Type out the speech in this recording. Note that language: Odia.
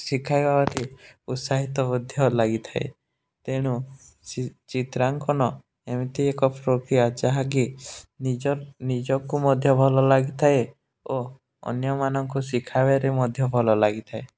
ଶିଖାଇବା ଉତ୍ସାହିତ ମଧ୍ୟ ଲାଗିଥାଏ ତେଣୁ ଚିତ୍ରାଙ୍କନ ଏମିତି ଏକ ପ୍ରକ୍ରିୟା ଯାହାକି ନିଜର ନିଜକୁ ମଧ୍ୟ ଭଲ ଲାଗିଥାଏ ଓ ଅନ୍ୟମାନଙ୍କୁ ଶିଖାଇବାରେ ମଧ୍ୟ ଭଲ ଲାଗିଥାଏ